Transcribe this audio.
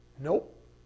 Nope